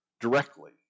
directly